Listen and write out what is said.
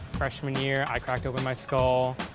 freshman year, i cracked open my skull.